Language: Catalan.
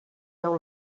veu